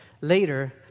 later